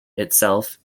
itself